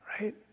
right